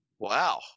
wow